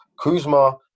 Kuzma